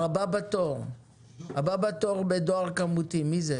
הבא בתור בדואר כמותי, מי זה?